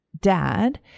dad